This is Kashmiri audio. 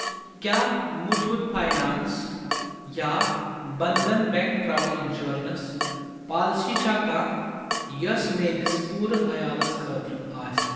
کیٛاہ مُتہُت فاینانٛس یا Bandhan bank travel insurance policy چھےٚ کانٛہہ یوٚس میٲنِس پوٗرٕ عیالَس خٲطرٕ آسہِ